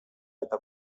eta